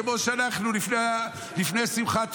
כמו שאנחנו לפני שמחת תורה,